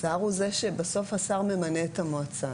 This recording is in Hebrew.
בסוף השר ממנה את המועצה.